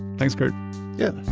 thanks, kurt yeah,